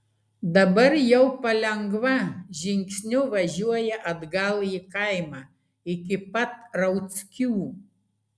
dabar jau palengva žingsniu važiuoja atgal į kaimą iki pat rauckių